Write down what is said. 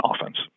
offense